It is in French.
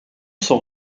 sont